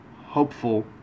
hopeful